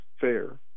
fair